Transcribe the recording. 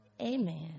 Amen